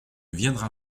viendra